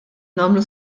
nagħmlu